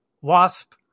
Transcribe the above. Wasp